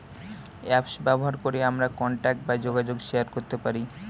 apps ব্যবহার করে আমরা কন্টাক্ট বা যোগাযোগ শেয়ার করতে পারি